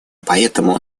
поэтому